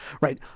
right